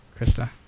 Krista